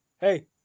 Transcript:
hey